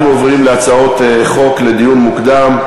אנחנו עוברים להצעות חוק בדיון מוקדם.